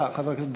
בקריאה ראשונה,